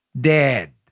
Dead